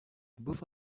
both